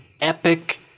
epic